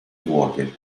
vuote